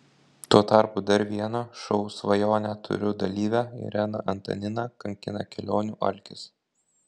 tuo tarpu dar vieną šou svajonę turiu dalyvę ireną antaniną kankina kelionių alkis